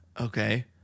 Okay